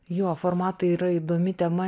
jo formatai yra įdomi tema